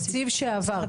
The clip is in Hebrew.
תקציב שעבר,